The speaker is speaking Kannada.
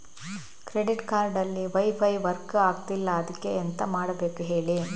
ಕ್ರೆಡಿಟ್ ಕಾರ್ಡ್ ಅಲ್ಲಿ ವೈಫೈ ವರ್ಕ್ ಆಗ್ತಿಲ್ಲ ಅದ್ಕೆ ಎಂತ ಮಾಡಬೇಕು ಹೇಳಿ